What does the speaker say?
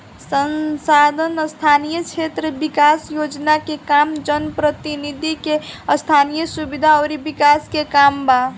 सांसद स्थानीय क्षेत्र विकास योजना के काम जनप्रतिनिधि के स्थनीय सुविधा अउर विकास के काम बा